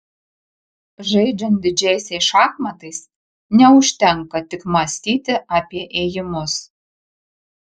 žaidžiant didžiaisiais šachmatais neužtenka tik mąstyti apie ėjimus